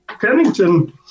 pennington